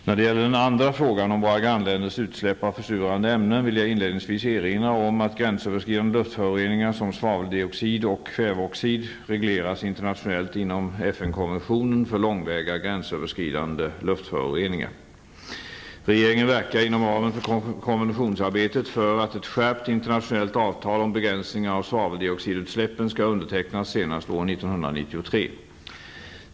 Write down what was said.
När det gäller den andra frågan om våra grannländers utsläpp av försurande ämnen vill jag inledningsvis erinra om att gränsöverskridande luftföroreningar som svaveldioxid och kväveoxid regleras internationellt inom FN-konventionen för långväga gränsöverskridande luftföroreningar, LRTAP. Regeringen verkar inom ramen för konventionsarbetet för att ett skärpt internationellt avtal om begränsningar av svaveldioxidutsläppen skall undertecknas senast år 1993.